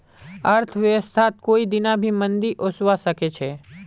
अर्थव्यवस्थात कोई दीना भी मंदी ओसवा सके छे